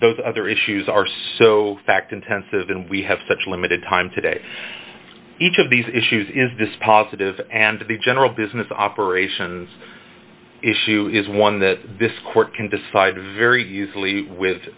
those other issues are so fact intensive and we have such limited time today each of these issues is dispositive and the general business operations issue is one that this court can decide very easily with